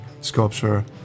sculpture